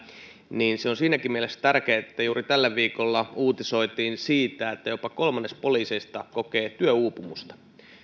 niin se on siinäkin mielessä tärkeätä että juuri tällä viikolla uutisoitiin siitä että jopa kolmannes poliiseista kokee työuupumusta